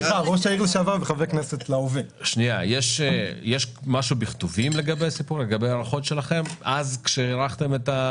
יש משהו בכתובים לגבי ההערכות שלכם, אז, כשהערכתם?